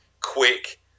quick